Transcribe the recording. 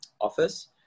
office